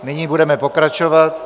Nyní budeme pokračovat.